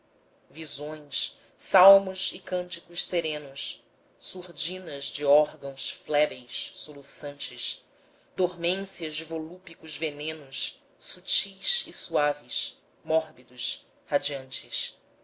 visões salmos e cânticos serenos surdinas de órgãos flébeis soluçantes dormências de volúpicos venenos sutis e suaves mórbidos radiantes